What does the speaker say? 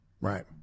Right